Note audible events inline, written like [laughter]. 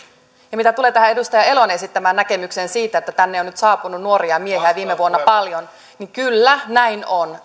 mitä tulee tähän edustaja elon esittämään näkemykseen siitä että tänne on nyt saapunut nuoria miehiä viime vuonna paljon niin kyllä näin on [unintelligible]